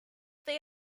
they